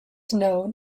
known